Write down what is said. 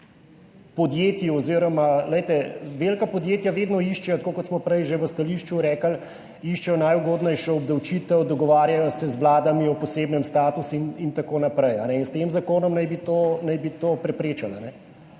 podjetij. Velika podjetja vedno iščejo, tako kot smo prej že v stališču rekli, najugodnejšo obdavčitev, dogovarjajo se z vladami o posebnem statusu in tako naprej. In s tem zakonom naj bi to preprečili.